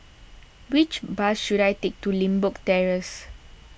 which bus should I take to Limbok Terrace